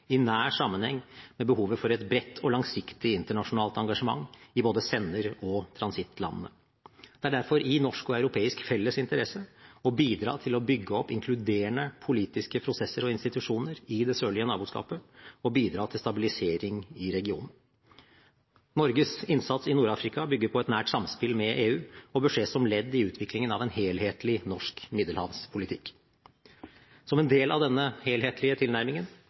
i nær sammenheng med behovet for et bredt og langsiktig internasjonalt engasjement i både sender- og transittlandene. Det er derfor i norsk og europeisk felles interesse å bidra til å bygge opp inkluderende politiske prosesser og institusjoner i det sørlige naboskapet, og bidra til stabilisering i regionen. Norges innsats i Nord-Afrika bygger på et nært samspill med EU, og bør ses som et ledd i utviklingen av en helhetlig, norsk middelhavspolitikk. Som en del av denne helhetlige tilnærmingen,